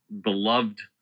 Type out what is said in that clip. beloved